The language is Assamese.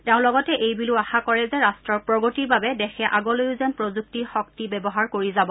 তেওঁ লগতে এই বুলিও আশা কৰে যে ৰট্টৰ প্ৰগতিৰ বাবে দেশে আগলৈও যেন প্ৰযুক্তিৰ শক্তি ব্যৱহাৰ কৰি যাব